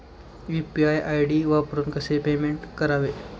UPI ID वापरून कसे payment करावे?